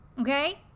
okay